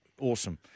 Awesome